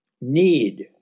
need